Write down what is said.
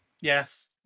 Yes